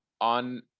on